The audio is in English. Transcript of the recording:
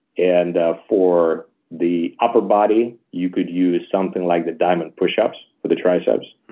and for the upper body, you could use something like the diamond pushups, for the triceps,